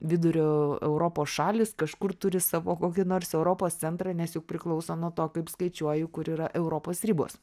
vidurio europos šalys kažkur turi savo kokį nors europos centrą nes juk priklauso nuo to kaip skaičiuoji kur yra europos ribos